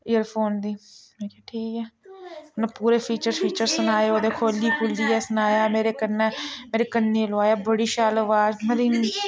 earphone दी में आखेआ ठीक ऐ उ'नें पूरे फीचर छीचर सनाए ओह्दे खोली खोलियै सनाए उ'नें मेरे कन्नै मेरे कन्नै लोआया बड़ी शैल अवाज